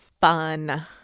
Fun